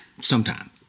sometime